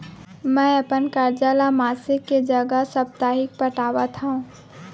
मै अपन कर्जा ला मासिक के जगह साप्ताहिक पटावत हव